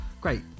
great